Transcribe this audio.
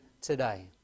today